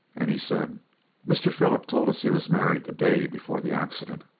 and he said mr. philip told us he was married the day before the accident,